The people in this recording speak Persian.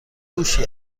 کوشی